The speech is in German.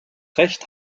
recht